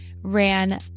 ran